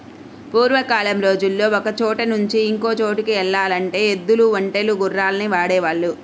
పూర్వకాలం రోజుల్లో ఒకచోట నుంచి ఇంకో చోటుకి యెల్లాలంటే ఎద్దులు, ఒంటెలు, గుర్రాల్ని వాడేవాళ్ళు